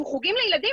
אנחנו חוגים לילדים,